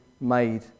made